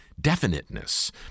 definiteness